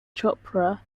chopra